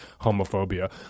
homophobia